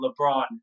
LeBron